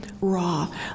raw